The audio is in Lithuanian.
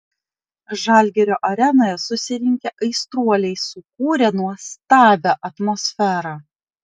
žalgirio arenoje susirinkę aistruoliai sukūrė nuostabią atmosferą